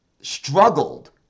struggled